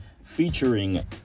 featuring